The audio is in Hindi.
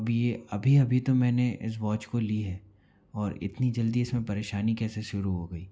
अभी ये अभी अभी तो मैंने इस वॉच को ली है और इतनी जल्दी इसमें परेशानी कैसे शुरू हो गई